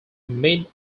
mid